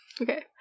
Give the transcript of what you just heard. Okay